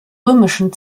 römischen